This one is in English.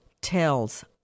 tells